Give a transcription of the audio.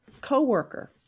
coworker